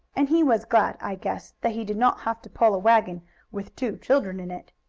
and he was glad, i guess, that he did not have to pull a wagon with two children in it.